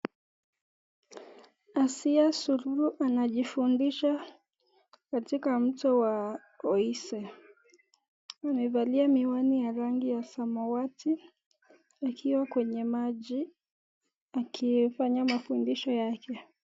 Asiya sururu anajifundisha katika mto wa Oise, amevalia miwani ya rangi ya samawati, akiwa kwenye maji, akifanya mafundisho yake.